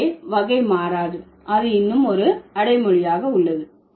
இங்கே வகை மாறாது அது இன்னும் ஒரு அடைமொழியாக உள்ளது